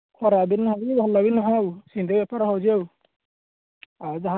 ଖରାପ ବି ନୁହେଁ କି ଭଲ ବି ନୁହେଁ ସେମିତି ବେପାର ହେଉଛି ଆଉ ଆଉ ଯାହା ଇଚ୍ଛା